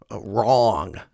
wrong